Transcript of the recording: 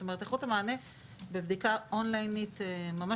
זאת אומרת, איכות המענה בבדיקת אונליין צפופה.